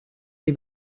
les